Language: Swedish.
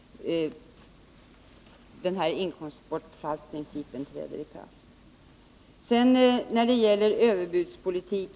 Det är alltså i dessa sammanhang som inkomstbortfallsprincipen träder i kraft.